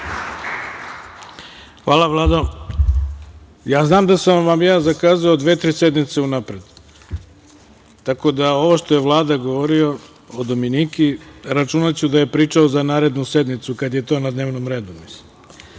Hvala Vlado. Znam da sam vam ja zakazao dve, tri sednice unapred. Tako da ovo što je Vlada govorio o Dominiki računaću da je pričao za narednu sednicu kad je to na dnevnom redu, pošto